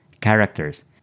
characters